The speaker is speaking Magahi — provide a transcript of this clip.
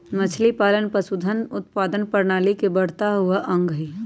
मछलीपालन पशुधन उत्पादन प्रणाली के बढ़ता हुआ अंग हई